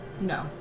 No